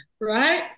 right